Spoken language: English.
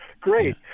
great